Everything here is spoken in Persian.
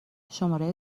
شماره